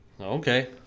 Okay